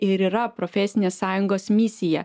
ir yra profesinės sąjungos misija